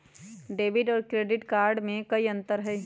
Debit और credit card में कई अंतर हई?